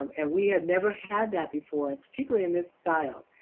um and we have never had that before, particularly in this style.